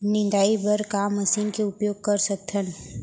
निंदाई बर का मशीन के उपयोग कर सकथन?